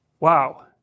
Wow